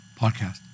Podcast